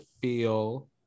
feel